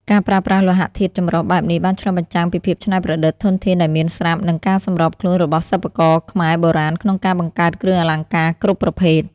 ការប្រើប្រាស់លោហៈធាតុចម្រុះបែបនេះ បានឆ្លុះបញ្ចាំងពីភាពច្នៃប្រឌិត ធនធានដែលមានស្រាប់ និងការសម្របខ្លួនរបស់សិប្បករខ្មែរបុរាណក្នុងការបង្កើតគ្រឿងអលង្ការគ្រប់ប្រភេទ។